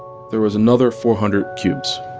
there was another four hundred cubes.